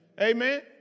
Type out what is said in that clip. Amen